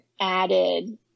added